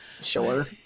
sure